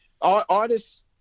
Artists